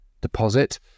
deposit